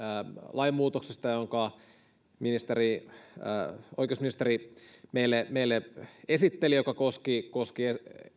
lainmuutoksesta jonka oikeusministeri meille meille esitteli joka koski koski